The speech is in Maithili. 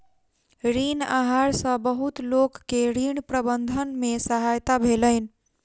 ऋण आहार सॅ बहुत लोक के ऋण प्रबंधन में सहायता भेलैन